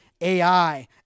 AI